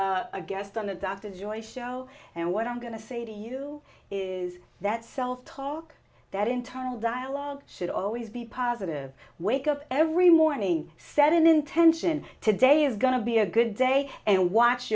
joyce show and what i'm going to say to you is that self talk that internal dialogue should always be positive wake up every morning set an intention today is going to be a good day and watch